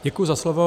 Děkuji za slovo.